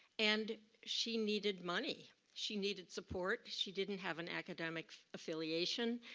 and she needed money. she needed support. she didn't have an academic affiliation.